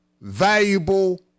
valuable